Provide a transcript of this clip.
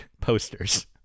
posters